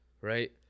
Right